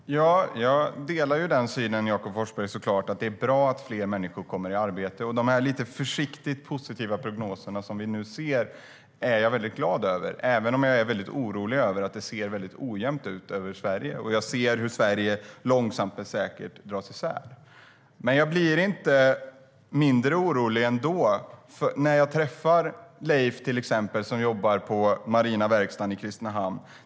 Herr talman! Jag delar såklart synen, Jakob Forssmed, att det är bra att fler människor kommer i arbete. Jag är väldigt glad över de lite försiktigt positiva prognoser som vi ser, även om jag är orolig över att det ser väldigt ojämnt ut över Sverige. Jag ser hur Sverige långsamt men säkert dras isär. Jag blir inte mindre orolig när jag träffar till exempel Leif som jobbar på marina verkstan i Kristinehamn.